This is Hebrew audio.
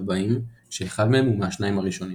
הבאים כשאחד מהם הוא מהשניים הראשונים